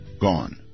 gone